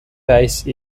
base